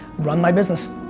run my business,